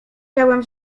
miałem